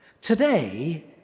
Today